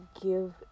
give